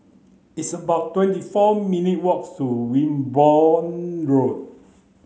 it's about twenty four minutes' walk to Wimborne Road